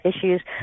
issues